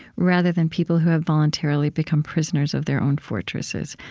rather than people who have voluntarily become prisoners of their own fortresses.